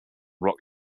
rock